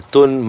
Tun